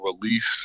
release